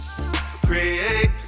Create